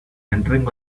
entering